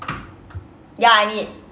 ya I need